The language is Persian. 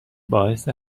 باعث